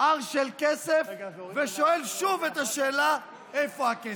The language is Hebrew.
הר של כסף ושואל שוב את השאלה: איפה הכסף?